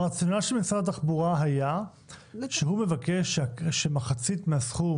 הרציונל של משרד התחבורה היה שהוא מבקש שמחצית מהסכום